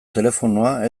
telefonoa